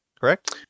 Correct